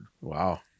Wow